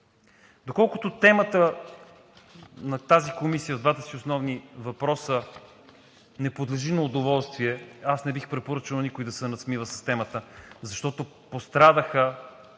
Доколкото темата на тази комисия в двата си основни въпроса не подлежи на удоволствие – аз не бих препоръчал на никого да се надсмива с темата, защото пострадаха